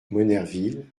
monnerville